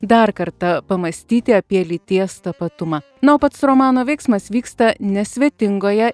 dar kartą pamąstyti apie lyties tapatumą na o pats romano veiksmas vyksta nesvetingoje